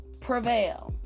Prevail